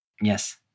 Yes